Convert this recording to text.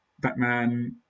Batman